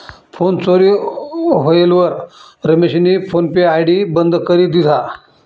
phone चोरी व्हयेलवर रमेशनी फोन पे आय.डी बंद करी दिधा